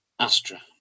Astra